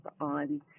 on